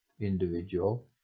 individual